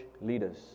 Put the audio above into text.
leaders